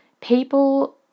people